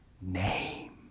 name